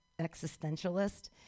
existentialist